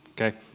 okay